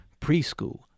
preschool